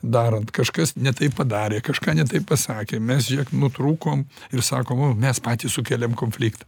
darant kažkas ne taip padarė kažką ne taip pasakė mes žiūrėk nutrūkom ir sakom o mes patys sukėlėm konfliktą